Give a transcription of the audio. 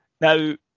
now